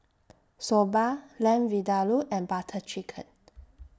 Soba Lamb Vindaloo and Butter Chicken